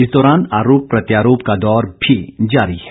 इस दौरान अरोप प्रत्यारोप का दौर भी जारी है